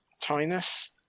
Tynus